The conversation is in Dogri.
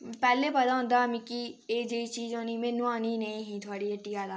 पैह्ले पता होंदा मिकी एह् नेही चीज होनी में नोआनी नेही थोआढ़ी हट्टिया दा